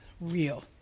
real